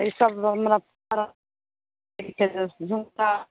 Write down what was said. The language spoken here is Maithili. इएह सब हमरा झुमका